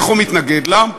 איך הוא מתנגד לה?